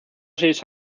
seis